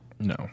No